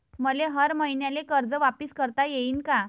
मले हर मईन्याले कर्ज वापिस करता येईन का?